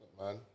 man